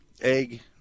egg